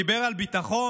דיבר על ביטחון.